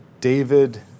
David